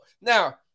Now